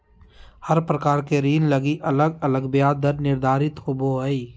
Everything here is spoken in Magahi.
हर प्रकार के ऋण लगी अलग अलग ब्याज दर निर्धारित होवो हय